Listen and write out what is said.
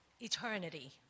eternity